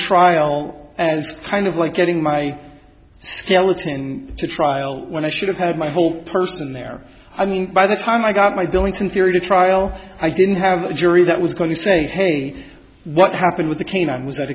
trial as kind of like getting my skeleton to trial when i should have had my whole person there i mean by the time i got my dealings in theory to trial i didn't have a jury that was going to say hey what happened with the canine was that